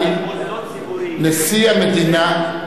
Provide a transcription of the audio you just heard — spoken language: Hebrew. נשיא המדינה,